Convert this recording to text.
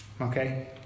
Okay